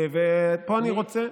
פה אני רוצה,